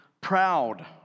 proud